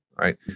right